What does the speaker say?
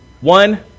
One